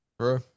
True